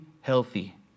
healthy